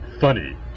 funny